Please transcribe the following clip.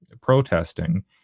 protesting